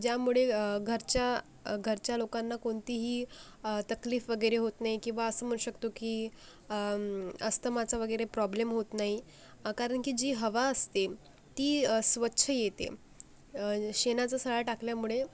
ज्यामुळे घरच्या घरच्या लोकांना कोणतीही तकलीफ वगैरे होत नाही की बा असं म्हणू शकतो की अस्थमाचा वगैरे प्रॉब्लेम होत नाही कारण की जी हवा असते ती स्वच्छ येते शेणाचा सडा टाकल्यामुळे